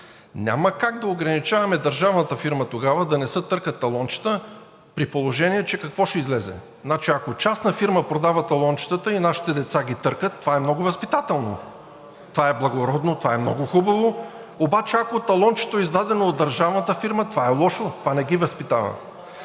Няма как да ограничаваме държавната фирма тогава да не се търкат талончета, при положение че какво ще излезе? Значи, ако частна фирма продава талончетата и нашите деца ги търкат, това е много възпитателно, това е благородно, това е много хубаво, обаче ако талончето е издадено от държавната фирма, това е лошо, това не ги възпитава.